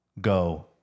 go